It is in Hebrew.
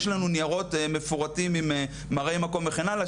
יש לנו ניירות מפורטים עם מראה מקום וכן הלאה,